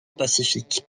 pacifique